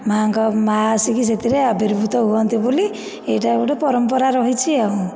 ମା'ଙ୍କ ମା' ଆସିକି ସେଥିରେ ଆବିର୍ଭୁତ ହୁଅନ୍ତି ବୋଲି ଏଇଟା ଗୋଟିଏ ପରମ୍ପରା ରହିଛି ଆଉ